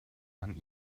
man